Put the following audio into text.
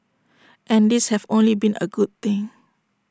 and these have only been A good thing